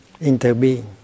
Interbeing